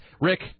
Rick